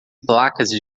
placas